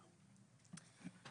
אוקי.